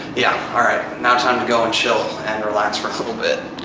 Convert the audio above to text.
yeah. all right, now time to go and chill and relax for a little bit.